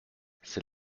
c’est